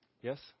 Yes